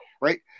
right